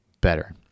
better